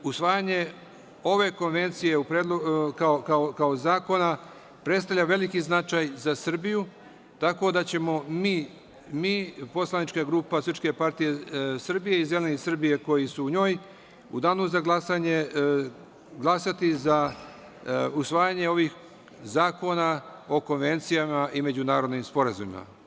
Usvajanje ove konvencije kao zakona predstavlja veliki značaj za Srbiju, tako da ćemo mi, Poslanička grupa SPS i Zeleni Srbije, koji su u njoj, u Danu za glasanje glasati za usvajanje ovih zakona o konvencijama i međunarodnim sporazumima.